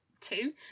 two